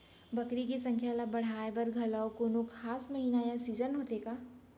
बकरी के संख्या ला बढ़ाए बर घलव कोनो खास महीना या सीजन होथे का?